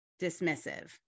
dismissive